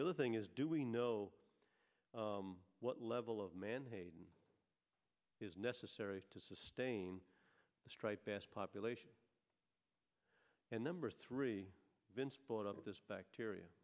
the other thing is do we know what level of man hayden is necessary to sustain a striped bass population and number three vince brought up this bacteria